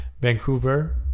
Vancouver